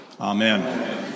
Amen